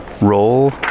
roll